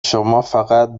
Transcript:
شمافقط